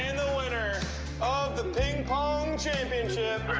and the winner of the ping-pong championship.